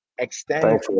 extend